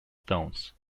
stones